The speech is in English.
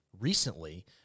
recently